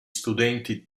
studenti